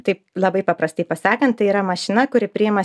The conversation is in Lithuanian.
taip labai paprastai pasakant tai yra mašina kuri priima